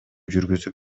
жүргүзүп